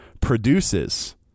produces